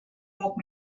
woke